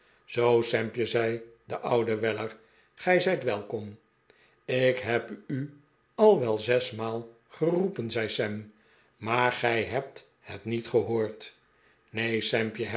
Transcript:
zoo sampje zei de oude welier gij zijt welkom jk heb u al wel zesmaal geroepen zei sam maar gij hebt het niet gehoord neen